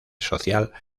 social